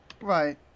Right